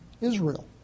Israel